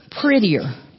prettier